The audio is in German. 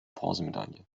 bronzemedaille